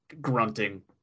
grunting